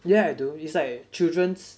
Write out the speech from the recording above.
yeah I do it's like children's